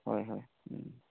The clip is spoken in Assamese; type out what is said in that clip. হয় হয়